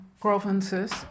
provinces